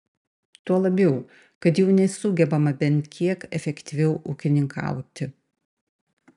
tuo labiau kad jau nesugebama bent kiek efektyviau ūkininkauti